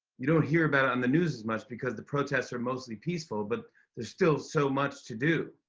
you don't hear about it on the news as much because the protests are mostly peaceful, but there's still so much to do.